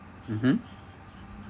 mmhmm